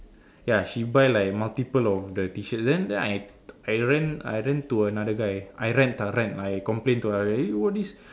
ya she buy like multiple of the T-shirts then then I I rant I rant to another guy I rant ah rant I complain to the other eh why this